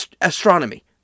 astronomy